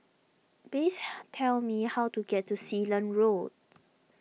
please tell me how to get to Sealand Road